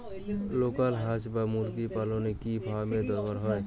Local হাস বা মুরগি পালনে কি ফার্ম এর দরকার হয়?